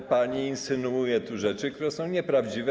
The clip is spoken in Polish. Ale pani insynuuje tu rzeczy, które są nieprawdziwe.